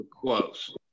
close